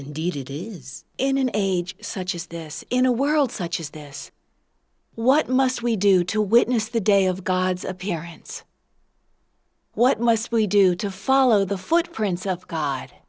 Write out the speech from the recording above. indeed it is in an age such as this in a world such as this what must we do to witness the day of god's appearance what must we do to follow the footprints of god